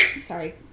sorry